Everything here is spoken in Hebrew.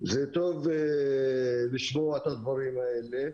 זה טוב לשמוע את הדברים האלה,